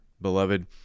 beloved